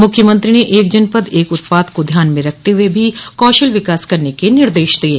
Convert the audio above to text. मुख्यमंत्री ने एक जनपद एक उत्पाद को ध्यान में रखते हुए भी कौशल विकास करने के निर्देश दिये